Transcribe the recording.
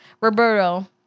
Roberto